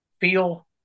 feel